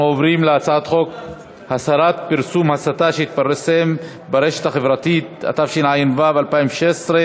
גם השר מסכים, אז נעביר את זה לוועדת החינוך.